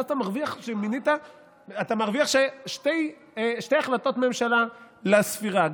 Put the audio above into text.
ואז אתה מרוויח שתי החלטות ממשלה לספירה: